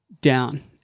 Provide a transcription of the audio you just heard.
down